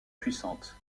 puissante